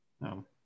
no